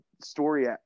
story